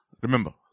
remember